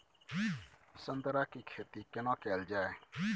संतरा के खेती केना कैल जाय?